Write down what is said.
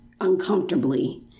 uncomfortably